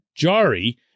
Jari